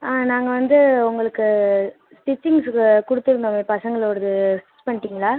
ஆ நாங்கள் வந்து உங்களுக்கு ஸ்டிச்சிங்ஸ்க்கு கொடுத்துருந்தோமே பசங்களோடது ஸ்டிச் பண்ணிவிட்டிங்களா